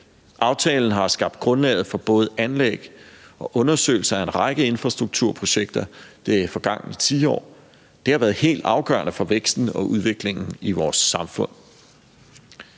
Aftalen har skabt grundlaget for både anlæg og undersøgelser af en række infrastrukturprojekter i det forgangne tiår. Det har været helt afgørende for væksten og udviklingen i vores samfund.